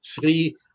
three